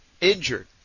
injured